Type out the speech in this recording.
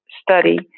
Study